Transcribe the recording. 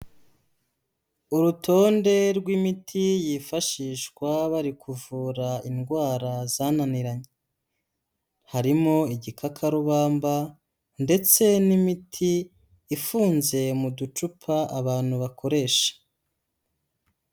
Urutonde rw'imiti yifashishwa bari kuvura indwara zananiranye, harimo igikakarubamba ndetse n'imiti ifunze mu ducupa abantu bakoresha.